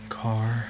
car